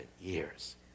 years